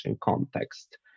Context